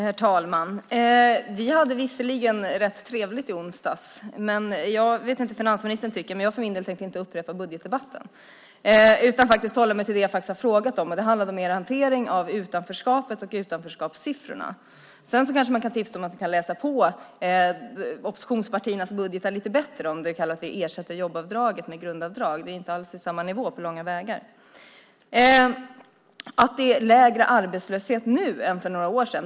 Herr talman! Vi hade visserligen rätt trevligt i onsdags och jag vet inte vad finansministern tycker, men jag för min del tänkte inte upprepa budgetdebatten utan hålla mig till det jag faktiskt har frågat om. Det handlade om er hantering av utanförskapet och utanförskapssiffrorna. Jag vill också tipsa finansministern om att läsa på oppositionspartiernas budgetar lite bättre eftersom han menar att vi ersätter jobbavdraget med grundavdrag. Det är inte på långa vägar i samma nivå. Det är lägre arbetslöshet nu än för några år sedan.